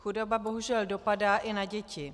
Chudoba bohužel dopadá i na děti.